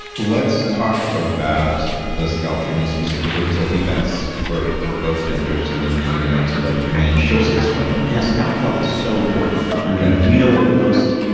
let's talk about the scalp treatment, specifically, because i think that's for for both genders, and then we're going to get into like men versus women sure. yeah scalp health is so important. um yeah do you know what the most